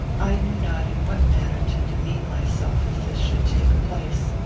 i knew not in what manner to demean myself if this should take place.